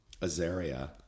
Azaria